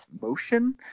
Motion